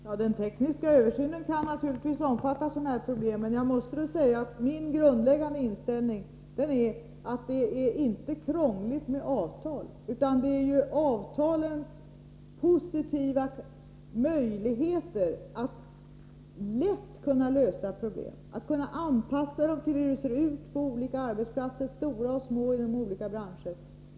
Herr talman! Den tekniska översynen kan naturligtvis omfatta sådana här problem. Men jag måste säga att min grundläggande inställning är att det inte är krångligt med avtal. Avtalen ger positiva möjligheter att lätt lösa problem och anpassa lösningarna till förhållandena på olika arbetsplatser — stora och små och arbetsplatser inom olika branscher.